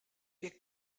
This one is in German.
wir